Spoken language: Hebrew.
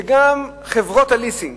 שגם חברות הליסינג